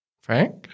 Frank